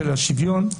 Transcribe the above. של השוויון,